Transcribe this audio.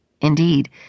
Indeed